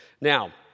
Now